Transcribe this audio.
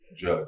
Judge